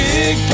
Big